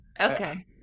okay